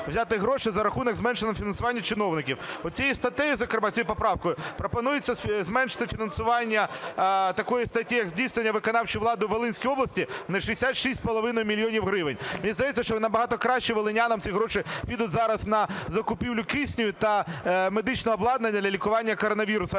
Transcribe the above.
взяти гроші за рахунок зменшення фінансування чиновників. Цією статтею, зокрема, цією поправкою пропонується зменшити фінансування такої статті, як здійснення виконавчої влади у Волинської області на 66,5 мільйона гривень. Мені здається, що набагато краще волинянам ці гроші підуть зараз на закупівлю кисню та медичного обладнання для лікування коронавірусу,